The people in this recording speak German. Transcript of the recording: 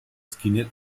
skinhead